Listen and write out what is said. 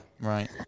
Right